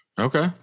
okay